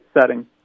setting